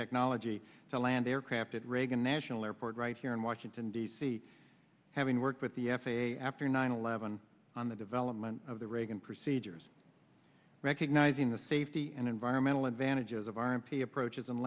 technology to land aircraft at reagan national airport right here in washington d c having worked with the f a a after nine eleven on the development of the reagan procedures recognizing the safety and environmental advantages of our m p approaches and